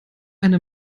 eine